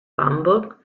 bamberg